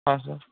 हा सर